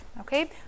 okay